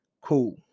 Cool